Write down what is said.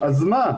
אז מה?